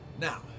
Now